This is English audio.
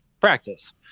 practice